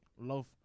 love